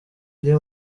iri